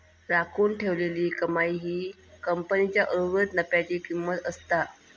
राखून ठेवलेली कमाई ही कंपनीच्या उर्वरीत नफ्याची किंमत असता